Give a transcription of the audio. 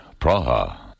Praha